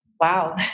Wow